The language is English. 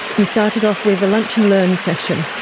we started off with a lunch and learn session.